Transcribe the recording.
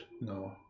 No